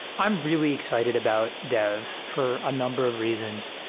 i'm really excited about dev for a number of reasons.